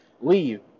Leave